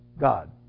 God